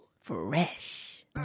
fresh